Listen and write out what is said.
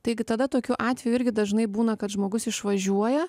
taigi tada tokiu atveju irgi dažnai būna kad žmogus išvažiuoja